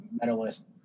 medalist